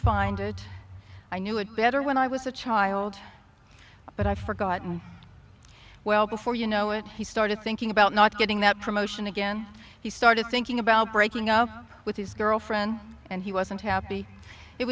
find it i knew it better when i was a child but i've forgotten well before you know it he started thinking about not getting that promotion again he started thinking about breaking up with his girlfriend and he wasn't happy it